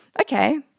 okay